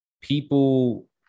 people